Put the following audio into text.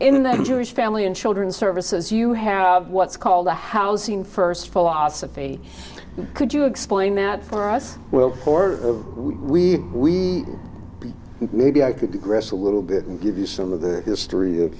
the jewish family and children's services you have what's called the housing first philosophy could you explain that for us well for we we maybe i could aggressive a little bit and give you some of the history of